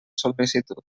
sol·licitud